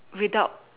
without